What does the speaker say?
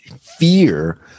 fear